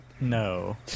No